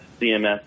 CMS